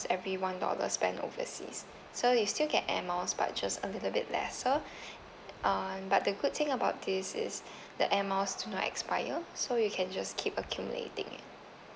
every one dollar spent overseas so you still get air miles but just a little bit lesser uh but the good thing about this is the air miles do not expire so you can just keep accumulating it